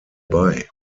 bei